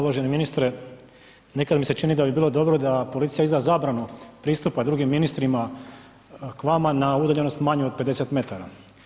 Uvaženi ministre nekad mi se čini da bi bilo dobro da policija izda zabranu pristupa drugim ministrima k vama na udaljenost manju od 50 metara.